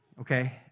okay